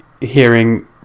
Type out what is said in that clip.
hearing